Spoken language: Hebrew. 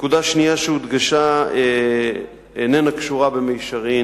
נקודה שנייה שהודגשה איננה קשורה במישרין